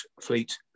fleet